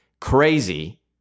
crazy